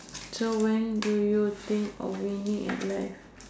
so when do you think you're winning at life